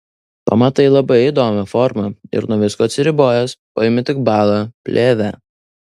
pamatai labai įdomią formą ir nuo visko atsiribojęs paimi tik balą plėvę